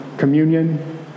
communion